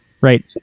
Right